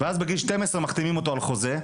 ואז בגיל 12 מחתימים אותו על חוזה.